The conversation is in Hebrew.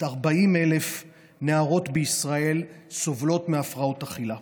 עד 40,000 נערות בישראל סובלות מהפרעות אכילה,